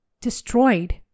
destroyed